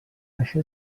això